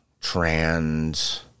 trans